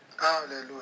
Hallelujah